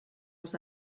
els